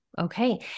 Okay